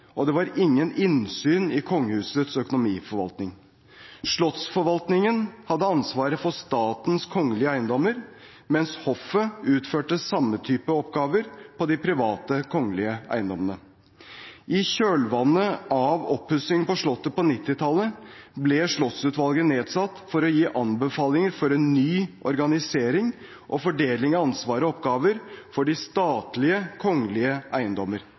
og det var ingen innsyn i kongehusets økonomiforvaltning. Slottsforvaltningen hadde ansvaret for statens kongelige eiendommer, mens hoffet utførte samme type oppgaver på de private kongelige eiendommene. I kjølvannet av oppussingen på Slottet på 1990-tallet ble Slottsutvalget nedsatt for å gi anbefalinger for en ny organisering og fordeling av ansvar og oppgaver for de statlige kongelige eiendommer